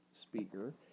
speaker